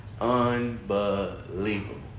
unbelievable